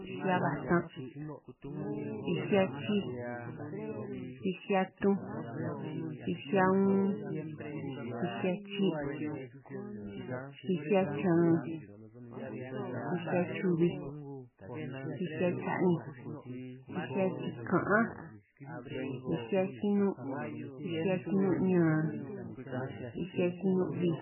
Bij xihia batan', bij xihia chij, bij xihia tunj, bij xihia un, bij xihia chi', bij xihia chan, bij xihia chubij, bij xihia cha'ninj, bij xihia chika'anj, bij xihia chinun', bij xihia chinun ñan, bij xihia chinun' bij,